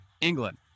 England